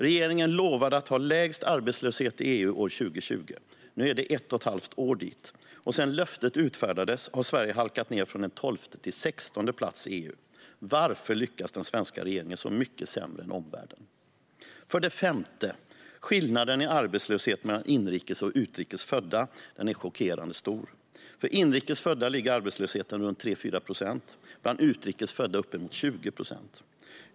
Regeringen lovade att ha lägst arbetslöshet i EU år 2020. Nu är det ett och ett halvt år dit. Sedan löftet utfärdades har Sverige halkat ned från en 12:e till en 16:e plats i EU. Varför lyckas den svenska regeringen så mycket sämre än omvärlden? För det femte: Skillnaden i arbetslöshet mellan inrikes och utrikes födda är chockerande stor. För inrikes födda ligger arbetslösheten runt 3-4 procent, bland utrikes födda uppemot 20 procent.